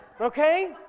okay